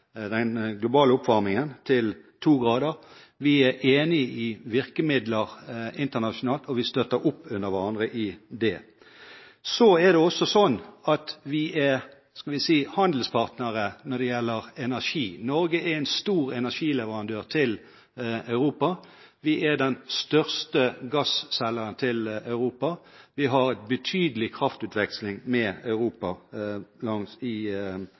er enig i virkemidler internasjonalt, og vi støtter opp under hverandre i det arbeidet. Så er det også sånn at vi er handelspartnere når det gjelder energi. Norge er en stor energileverandør til Europa. Vi er den største gasselgeren til Europa. Vi har betydelig kraftutveksling med Europa